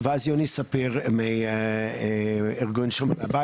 היו פרסומים בפייסבוק,